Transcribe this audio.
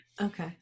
Okay